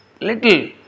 little